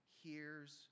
hears